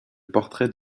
portrait